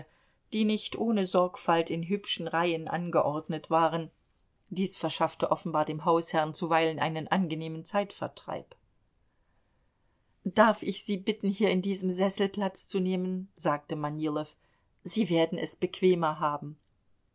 die nicht ohne sorgfalt in hübschen reihen angeordnet waren dies verschaffte offenbar dem hausherrn zuweilen einen angenehmen zeitvertreib darf ich sie bitten hier in diesem sessel platz zu nehmen sagte manilow sie werden es bequemer haben